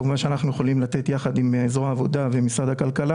כמובן שאנחנו יכולים לתת יחד עם זרוע העבודה ומשרד הכלכלה